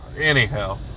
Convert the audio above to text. Anyhow